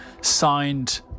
signed